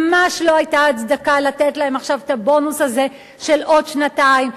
ממש לא היתה הצדקה לתת להם עכשיו את הבונוס הזה של עוד שנתיים,